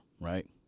right